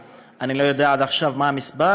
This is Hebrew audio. אני לא יודע עד עכשיו מה המספר,